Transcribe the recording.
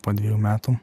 po dvejų metų